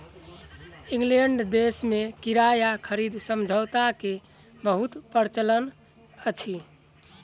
England देश में किराया खरीद समझौता के बहुत प्रचलन अछि